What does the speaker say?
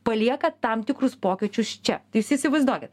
palieka tam tikrus pokyčius čia tai jūs įsivaizduokit